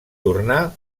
tornà